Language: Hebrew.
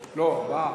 לא, מה?